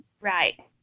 Right